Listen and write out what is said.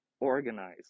organize